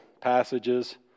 passages